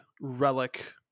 relic